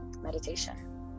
meditation